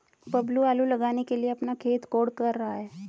बबलू आलू लगाने के लिए अपना खेत कोड़ रहा है